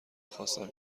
خواستم